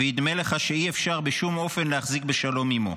וידמה לך שאי-אפשר בשום אופן להחזיק בשלום עימו,